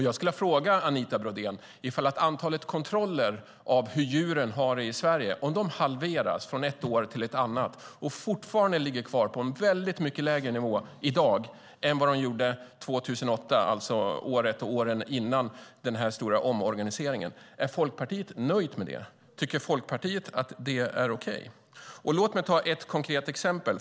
Jag skulle vilja fråga Anita Brodén: Ifall antalet kontroller av hur djuren har det i Sverige halveras från ett år till ett annat och fortfarande ligger kvar på en väldigt mycket lägre nivå i dag än 2008, alltså åren före den stora omorganiseringen, är Folkpartiet nöjt med det? Tycker Folkpartiet att det är okej? Låt mig ta ett konkret exempel.